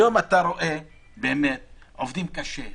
היום אתה רואה שהשופטים באמת עובדים קשה,